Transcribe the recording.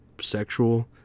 sexual